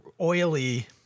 oily